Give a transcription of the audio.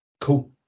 cool